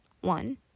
One